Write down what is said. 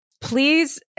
Please